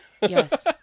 Yes